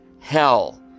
hell